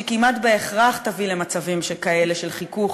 שכמעט בהכרח יביא למצבים כאלה של חיכוך,